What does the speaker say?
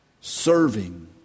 Serving